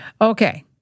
Okay